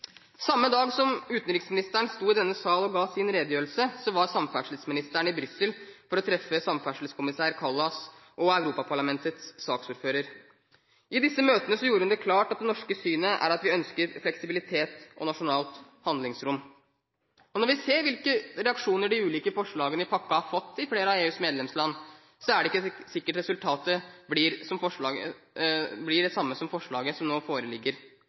Samme dag som utenriksministeren sto i denne sal og ga sin redegjørelse, var samferdselsministeren i Brussel for å treffe samferdselskommissær Kallas og Europaparlamentets saksordfører. I disse møtene gjorde hun det klart at det norske synet er at vi ønsker fleksibilitet og nasjonalt handlingsrom. Når vi ser hvilke reaksjoner de ulike forslagene i pakken har fått i flere av EUs medlemsland, er det ikke sikkert resultatet blir det samme som det forslaget som nå foreligger.